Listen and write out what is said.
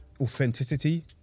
authenticity